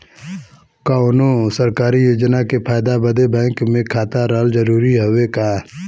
कौनो सरकारी योजना के फायदा बदे बैंक मे खाता रहल जरूरी हवे का?